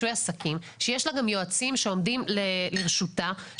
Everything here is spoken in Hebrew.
שיש לו גם את האחריות וגם את הסמכות לתת את האישור.